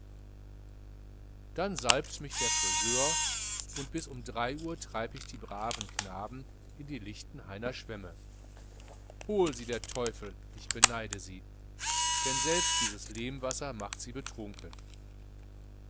dann salbt mich der friseur und bis um drei uhr treib ich die braven knaben in die lichtenheiner schwemme hol sie der teufel ich beneide sie denn selbst dieses lehmwasser macht sie betrunken